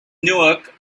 newark